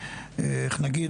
איך נגיד,